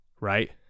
Right